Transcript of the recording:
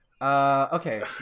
Okay